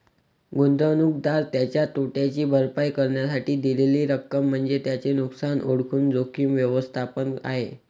गुंतवणूकदार त्याच्या तोट्याची भरपाई करण्यासाठी दिलेली रक्कम म्हणजे त्याचे नुकसान ओळखून जोखीम व्यवस्थापन आहे